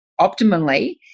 optimally